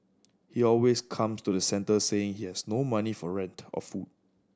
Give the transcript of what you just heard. he always comes to the centre saying he has no money for rent or food